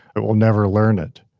it will never learn it.